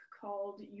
called